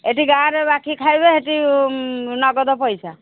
ଏଠି ଗାଁରେ ବାକି ଖାଇବେ ସେଠି ନଗଦ ପଇସା